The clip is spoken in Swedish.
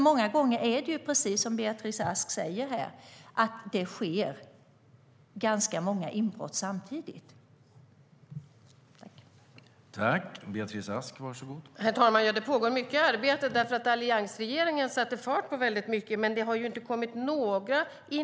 Många gånger är det som Beatrice Ask säger att det sker ganska många inbrott samtidigt.